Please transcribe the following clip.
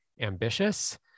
ambitious